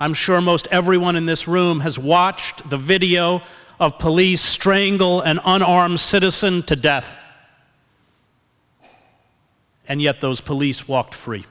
i'm sure most everyone in this room has watched the video of police training goal and an armed citizen to death and yet those police walk free